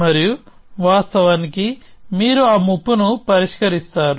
మరియు వాస్తవానికి మీరు ఆ ముప్పును పరిష్కరిస్తారు